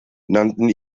nannten